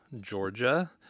Georgia